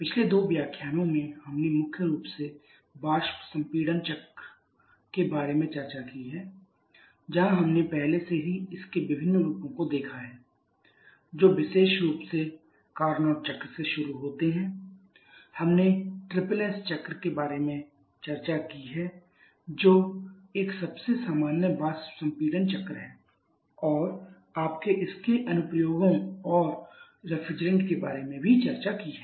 पिछले दो व्याख्यानों में हमने मुख्य रूप से वाष्प संपीड़न प्रशीतन चक्र के बारे में चर्चा की है जहाँ हमने पहले से ही इसके विभिन्न रूपों को देखा है जो विशेष रूप से कार्नोट चक्र से शुरू होते हैं हमने एसएसएस चक्र के बारे में चर्चा की है जो एक सबसे सामान्य वाष्प संपीड़न चक्र है और आपने इसके अनुप्रयोगों और रेफ्रिजरेंट के बारे में भी चर्चा की है